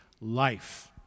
life